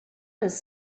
does